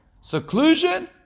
Seclusion